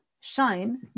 Shine